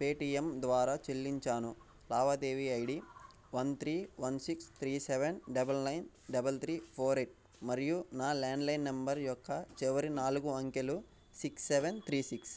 Paytm ద్వారా చెల్లించాను లావాదేవీ ID one three one six three seven double nine double three four eight మరియు నా ల్యాండ్లైన్ నంబర్ యొక్క చివరి నాలుగు అంకెలు సిక్స్ సెవెన్ త్రీ సిక్స్